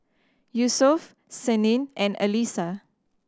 Yusuf Senin and Alyssa